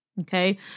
Okay